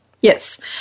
yes